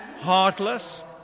heartless